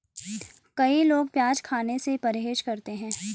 कई लोग प्याज खाने से परहेज करते है